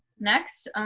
next,